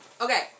Okay